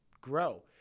grow